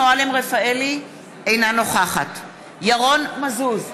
אינה נוכחת ירון מזוז,